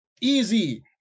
easy